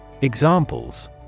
Examples